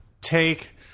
take